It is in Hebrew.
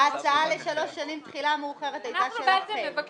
ההצעה לשלוש שנים תחילה מאוחרת היתה שלכם.